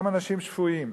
והם אנשים שפויים.